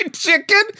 Chicken